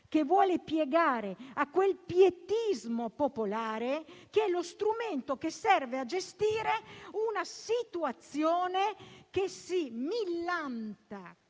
che vuole piegarsi al pietismo popolare, che è lo strumento che serve a gestire una situazione che si millanta